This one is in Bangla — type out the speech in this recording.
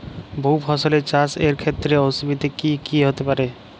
বহু ফসলী চাষ এর ক্ষেত্রে অসুবিধে কী কী হতে পারে?